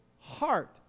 heart